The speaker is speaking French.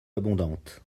abondante